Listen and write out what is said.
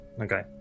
okay